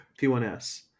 P1S